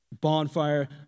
bonfire